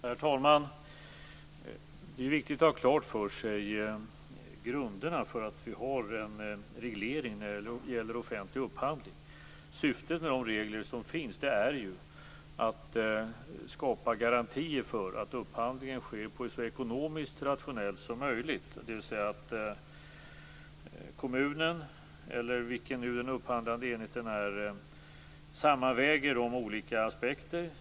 Herr talman! Det är viktigt att ha klart för sig grunderna för att vi har en reglering när det gäller offentlig upphandling. Syftet med de regler som finns är att skapa garantier för att upphandlingen sker på ett så ekonomiskt rationellt sätt som möjligt. Det innebär att kommunen, eller vilken den upphandlande enheten nu är, sammanväger de olika aspekterna.